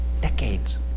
decades